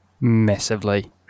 Massively